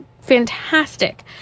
fantastic